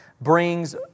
brings